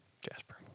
Jasper